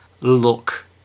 look